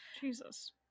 Jesus